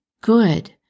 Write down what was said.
good